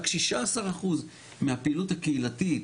רק שישה עשר אחוז מהפעילות הקהילתית,